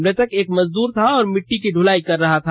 मृतक एक मजदूर था और मिट्टी की ढुलाई कर रहा था